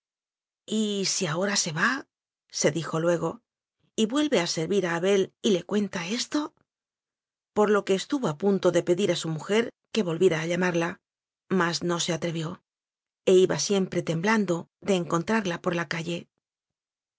criada y si ahora vase dijo luegoy vuelve a servir a abel y le cuenta esto por lo que estuvo q punto de pedir a su mujer que volviera a llamarla mas no se atrevió e iba siempre temblando de encontrarla por la calle